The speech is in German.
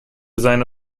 seine